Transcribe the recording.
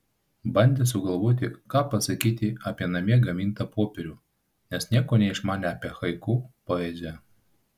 bandė sugalvoti ką pasakyti apie namie gamintą popierių nes nieko neišmanė apie haiku poeziją